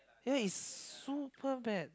ya is super bad